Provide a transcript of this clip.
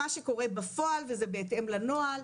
מה שקורה בפועל וזה בהתאם לנוהל,